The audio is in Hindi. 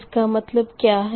इसका मतलब क्या है